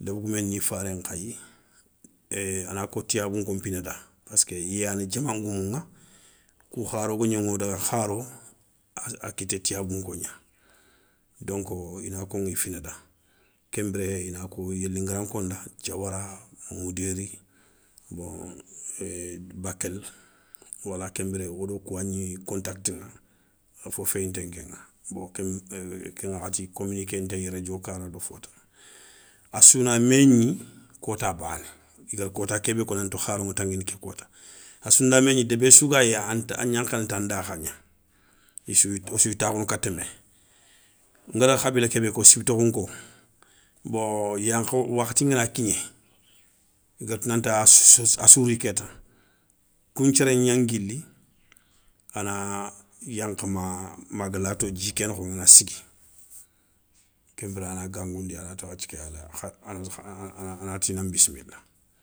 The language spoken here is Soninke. débégoumé ni faré nkhayi, é a nako tiyabou nko pinada, passk i yana diaman ngoumou ŋa, kou kharo ga gnaŋoda kharo, a kitté tiyabou nko gna. Donkeu i na koŋi finada, kenbiré inako, yélingaranko nda, diawara, moudéry, bon bakél. wala kenbiré wodo kouwagni contact ŋa a fo féyinté nkéŋa. Bon ké ken ŋakhati communiké ntéyi rédio kara do fo tana. assouna mé gni, kota bané i ga da kota kébé ko nanti kharou ŋa tanguini ké koota, assou nda mégni débé sougayi anta an gnankhana tan dakha gna. Issou ya takhounou kata mé, ngada khabila ké bé ko siby tokho nko, bon i yan khaw wakhati ngana kigné, i gada tou nanta assou ri kéta. koun nthiéré gna nguili a na yankha ma, ma agalato dji ké nokho a na sigui kenbiré a na gangoundi a na ti wathia kenda a na ti ina nbissmila.